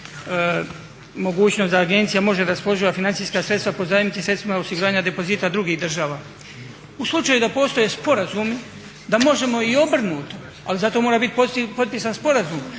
mogućnost da agencija može raspoloživa financijska sredstva pozajmiti sredstvima osiguranja depozita drugih država. U slučaju da postoje sporazumi da možemo i obrnuto, ali zato mora bit potpisan sporazum,